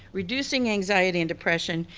reducing anxiety and depression,